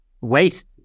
waste